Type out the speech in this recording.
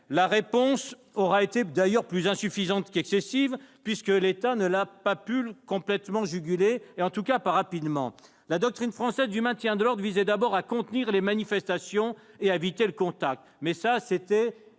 la réponse aura d'ailleurs été plus insuffisante qu'excessive, puisque l'État n'a pas pu complètement la juguler et, en tout cas, pas rapidement. La doctrine française du maintien de l'ordre visait d'abord à contenir les manifestations et à éviter le contact. Mais cela valait